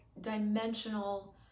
dimensional